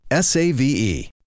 SAVE